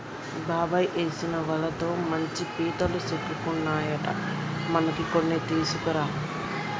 బాబాయ్ ఏసిన వలతో మంచి పీతలు సిక్కుకున్నాయట మనకి కొన్ని తీసుకురా